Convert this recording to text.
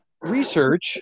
research